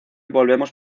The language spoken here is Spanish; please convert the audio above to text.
volvemos